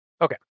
Okay